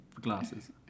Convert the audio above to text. glasses